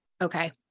Okay